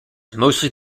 mostly